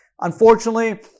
Unfortunately